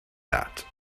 that